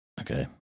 Okay